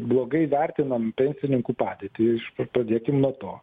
blogai vertinam pensininkų padėtį aišku pradėkim nuo to